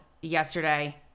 yesterday